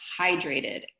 hydrated